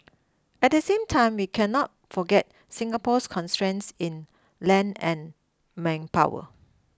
at the same time we cannot forget Singapore's constraints in land and manpower